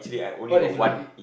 what if like